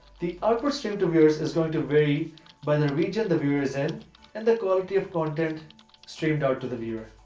the output stream to viewers is going to vary by the region the viewer is in and the quality of content streamed out to the viewer.